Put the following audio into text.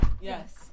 Yes